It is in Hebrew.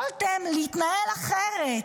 יכולתם להתנהל אחרת,